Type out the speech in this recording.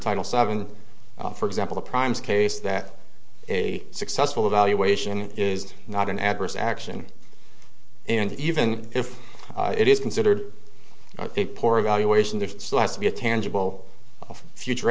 title seven for example the primes case that a successful evaluation is not an adverse action and even if it is considered a poor evaluation there still has to be a tangible of future